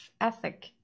ethic